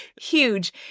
huge